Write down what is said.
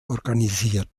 organisiert